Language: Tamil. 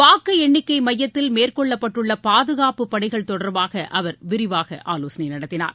வாக்கு எண்ணிக்கை மையத்தில் மேற்கொள்ளப்பட்டுள்ள பாதுகாப்பு பணிகள் தொடர்பாக அவர் விரிவாக ஆலோசனை நடத்தினார்